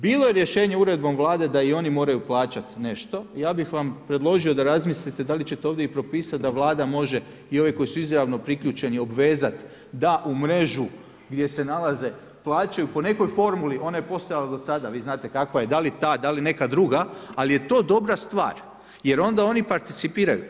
Bilo je rješenjem uredbom Vlade da i oni moraju plaćat nešto i ja bih vam predložio da razmislite da li ćete ovdje i propisat da Vlada može i ovi koji su izravno priključeni obvezati da u mrežu gdje se nalaze plaće i po nekoj formuli ona je postojala do sada, vi znate kakva je da li ta da li neka druga, ali je to dobra stvar jer onda oni participiraju.